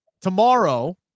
tomorrow